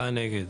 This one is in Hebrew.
הצבעה בעד 3 נגד